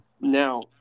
Now